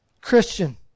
Christian